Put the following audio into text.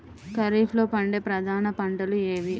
ఖరీఫ్లో పండే ప్రధాన పంటలు ఏవి?